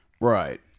Right